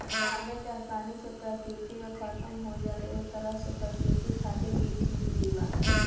कागज आसानी से प्रकृति में खतम हो जाला ए तरह से प्रकृति खातिर ई ठीक भी बा